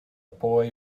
boy